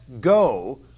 go